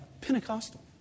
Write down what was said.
Pentecostal